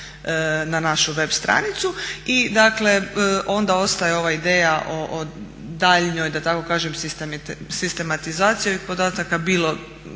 na našu web stranicu i onda ostaje ova ideja o daljnjoj da tako kažem sistematizaciji podataka bilo